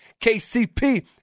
KCP